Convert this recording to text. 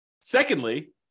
secondly